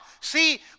See